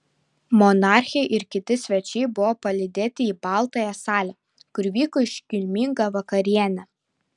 monarchė ir kiti svečiai buvo palydėti į baltąją salę kur vyko iškilminga vakarienė